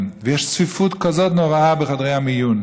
ויש צפיפות כזאת נוראה בחדרי המיון,